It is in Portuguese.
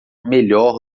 melhor